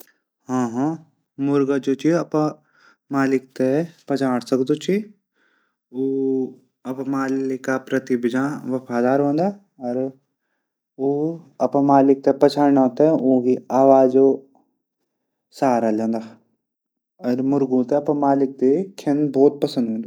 मुर्गा जो च मालिक थै पछाण सकद च उ मालिक प्रति बिजां वफादार हूदूं। उ अपड मालिक थै पछाण उंकी आवाज सहारा लेंदा। मुर्गा थै अपड मालिक दगड खिन बहुत पसंद हूदू।